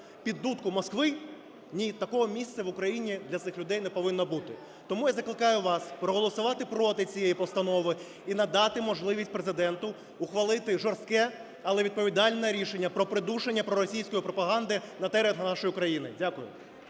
під дудку Москви, – ні, такого місця в Україні для цих людей не повинно бути. Тому я закликаю вас проголосувати проти цієї постанови і надати можливість Президенту ухвалити жорстке, але відповідальне рішення про придушення проросійської пропаганди на теренах нашої України. Дякую.